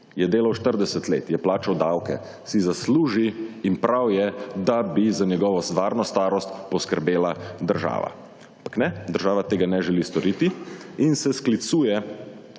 Je delal 40 let, je plačal davke. Si zasluži, in prav je, da bi za njegovo varno starost poskrbela država. Ampak ne, država tega ne želi storiti. In se sklicuje